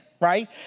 Right